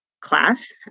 class